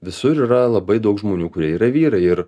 visur yra labai daug žmonių kurie yra vyrai ir